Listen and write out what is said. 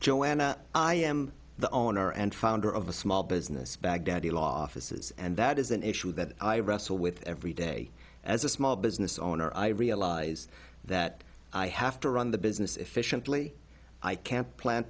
joanna i am the owner and founder of a small business baghdadi loftus and that is an issue that i wrestle with every day as a small business owner i realize that i have to run the business efficiently i can't plan